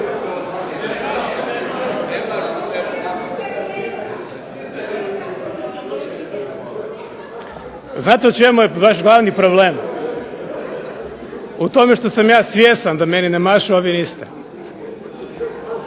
Znate u čemu je vaš glavni problem? U tome što sam ja svjestan da meni ne mašu, a vi niste.